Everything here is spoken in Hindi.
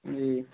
जी